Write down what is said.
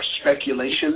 speculation